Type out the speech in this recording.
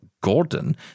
Gordon